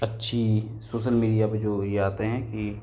अच्छी social media पर जो वही आते हैं कि